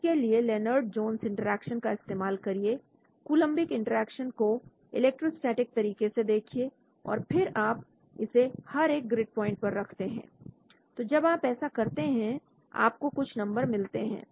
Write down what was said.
इसके लिए Lennard Jones Interaction का इस्तेमाल करिए कूलंबिक इंटरेक्शन को इलेक्ट्रोस्टेटिक तरीके से देखिए और फिर आप इसे हर एक ग्रिड प्वाइंट पर रखते हैं तो जब आप ऐसा करते हैं आपको कुछ नंबर मिलते हैं